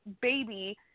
baby